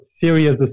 serious